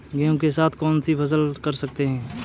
गेहूँ के साथ कौनसी फसल कर सकते हैं?